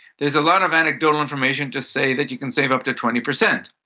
there's a lot of anecdotal information to say that you can save up to twenty percent.